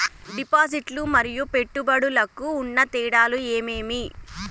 డిపాజిట్లు లు మరియు పెట్టుబడులకు ఉన్న తేడాలు ఏమేమీ?